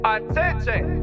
Attention